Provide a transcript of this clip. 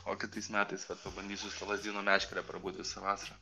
o kitais metais vat pabandysiu su lazdyno meškere prabūt visą vasarą